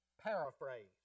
paraphrase